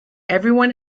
everyone